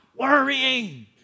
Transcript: worrying